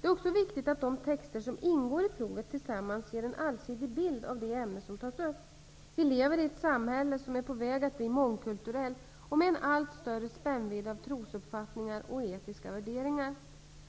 Det är också viktigt att de texter som ingår i provet tillsammans ger en allsidig bild av det ämne som tas upp. Vi lever i ett samhälle som är på väg att bli mångkulturellt och med en allt större spännvidd av trosuppfattningar och etiska värderingar.